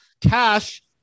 Cash